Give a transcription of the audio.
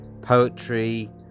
poetry